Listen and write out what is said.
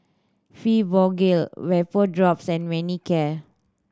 Fibogel Vapodrops and Manicare